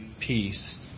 peace